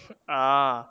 ah